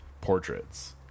portraits